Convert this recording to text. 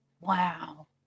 Wow